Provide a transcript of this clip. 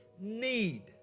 need